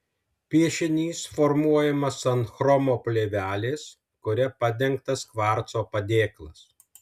piešinys formuojamas ant chromo plėvelės kuria padengtas kvarco padėklas